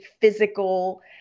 physical